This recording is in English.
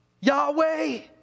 Yahweh